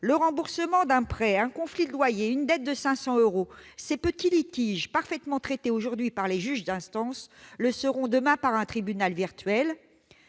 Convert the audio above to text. le remboursement d'un prêt, un conflit de loyer, une dette de 500 euros ... Ces petits litiges, parfaitement traités aujourd'hui par les juges d'instance, le seront demain par un tribunal " virtuel